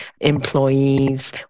employees